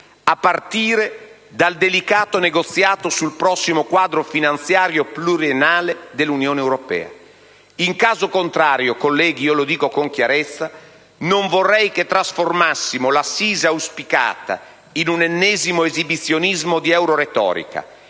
a partire dal delicato negoziato sul prossimo quadro finanziario pluriennale dell'Unione europea. In caso contrario, colleghi, dico con chiarezza che non vorrei che trasformassimo l'assise auspicata in un ennesimo esibizionismo di euroretorica: